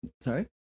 Sorry